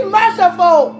merciful